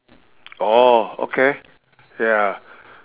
orh okay ya